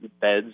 beds